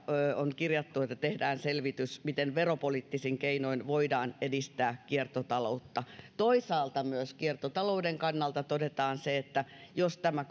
on kirjattu että tehdään selvitys miten veropoliittisin keinoin voidaan edistää kiertotaloutta toisaalta myös kiertotalouden kannalta todetaan se että jos tämä